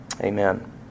Amen